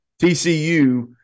TCU